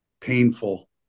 painful